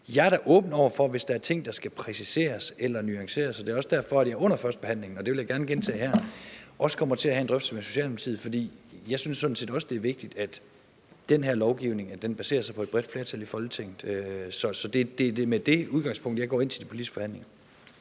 Jeg er da åben over for at se på det, hvis der er ting, der skal præciseres eller nuanceres, og det er også derfor, jeg i forbindelse med behandlingen – og det vil jeg gerne gentage her – kommer til at have en drøftelse med Socialdemokratiet. For jeg synes sådan set også, det er vigtigt, at den her lovgivning baserer sig på et bredt flertal i Folketinget. Så det er med det udgangspunkt, jeg går ind til de politiske forhandlinger.